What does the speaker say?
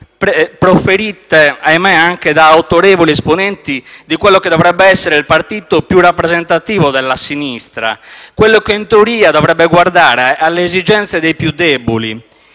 proferite - ahimè - anche da autorevoli esponenti di quello che dovrebbe essere il partito più rappresentativo della sinistra, quello che in teoria dovrebbe guardare alle esigenze dei più deboli.